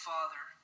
Father